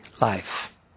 life